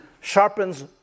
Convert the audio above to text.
sharpens